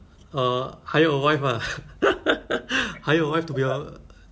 for for us actually if let's say our our family kan macam nak ada maid kan